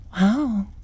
wow